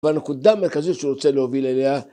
‫והנקודה המרכזית ‫שהוא רוצה להוביל אליה...